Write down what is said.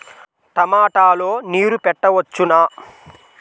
టమాట లో నీరు పెట్టవచ్చునా?